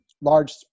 large